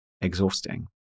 exhausting